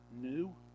new